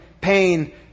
pain